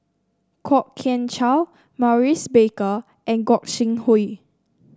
Kwok Kian Chow Maurice Baker and Gog Sing Hooi